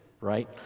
right